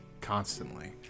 constantly